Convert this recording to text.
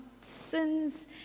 sins